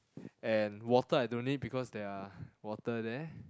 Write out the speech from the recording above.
and water I don't need because there are water there